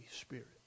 Spirit